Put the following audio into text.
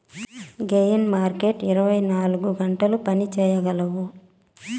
gain మార్కెట్లు ఇరవై నాలుగు గంటలు పని చేయగలవు